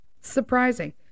Surprising